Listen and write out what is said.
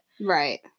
Right